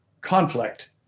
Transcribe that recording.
conflict